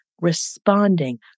responding